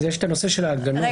יש את הנושא של ההגנות.